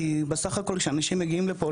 כי כשאנשים מגיעים לפה